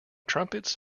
trumpets